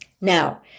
Now